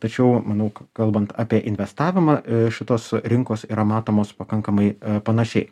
tačiau manau kalbant apie investavimą šitos rinkos yra matomos pakankamai panašiai